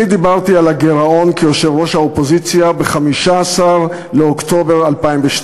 דיברתי על הגירעון כיושב-ראש האופוזיציה ב-15 באוקטובר 2012,